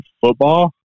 football